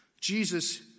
Jesus